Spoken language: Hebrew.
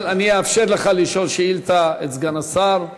אבל אני אאפשר לך לשאול את סגן השר שאלה.